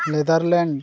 Netherlands